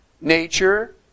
nature